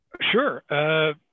Sure